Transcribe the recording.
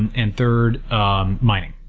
and and third um mining.